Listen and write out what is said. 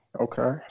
Okay